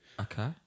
Okay